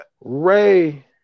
Ray